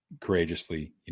courageously